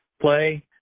play